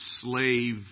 slave